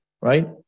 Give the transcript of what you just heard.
right